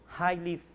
highly